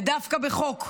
ודווקא בחוק?